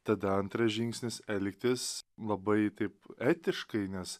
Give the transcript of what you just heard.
tada antras žingsnis elgtis labai taip etiškai nes